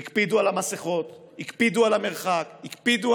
הקפידו על המסכות, הקפידו על המרחק, הקפידו